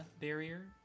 barrier